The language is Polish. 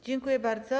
Dziękuję bardzo.